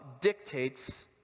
dictates